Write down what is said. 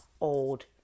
old